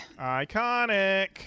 Iconic